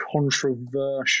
controversial